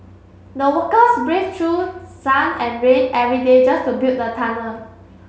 the workers braved through sun and rain every day just to build the tunnel